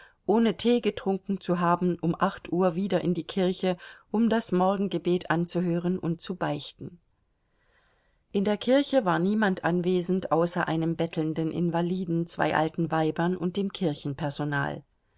ohne tee getrunken zu haben um acht uhr wieder in die kirche um das morgengebet anzuhören und zu beichten in der kirche war niemand anwesend außer einem bettelnden invaliden zwei alten weibern und dem